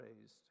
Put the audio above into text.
raised